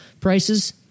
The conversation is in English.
prices